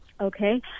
Okay